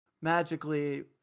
magically